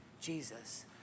Jesus